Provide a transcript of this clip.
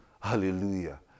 Hallelujah